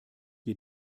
wir